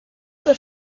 the